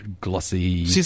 glossy